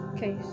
Okay